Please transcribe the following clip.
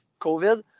COVID